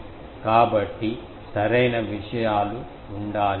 కాబట్టి సరైన విషయాలు ఉండాలి